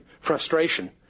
frustration